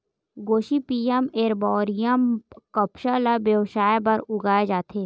Gossypium arboreum कपसा ल बेवसाय बर उगाए जाथे